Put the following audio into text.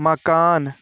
مکان